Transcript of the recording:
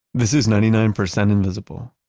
this is ninety nine percent invisible.